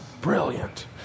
Brilliant